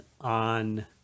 on